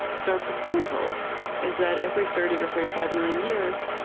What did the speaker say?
so our proposal is that every thirty or thirty five million years,